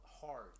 hard